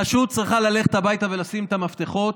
היא פשוט צריכה ללכת הביתה ולשים את המפתחות,